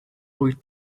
wyt